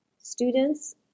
students